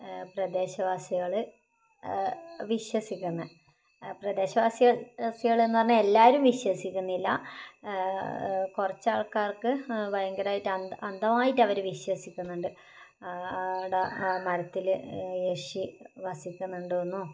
പ്രദേശവാസികൾ വിശ്വസിക്കുന്നത് പ്രദേശവാസികളെന്നു പറഞ്ഞാൽ എല്ലാവരും വിശ്വസിക്കുന്നില്ല കുറച്ചാൾക്കാർക്ക് ഭയങ്കരമായിട്ട് അന്ധമായിട്ടവർ വിശ്വസിക്കുന്നുണ്ട് അവിടെ ആ മരത്തിൽ യക്ഷി വസിക്കുന്നുണ്ടെന്നോ